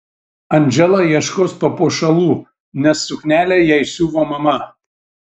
andžela ieškos papuošalų nes suknelę jai siuva mama